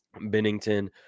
Bennington